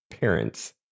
parents